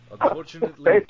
Unfortunately